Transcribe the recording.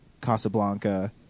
Casablanca